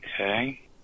okay